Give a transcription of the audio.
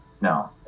No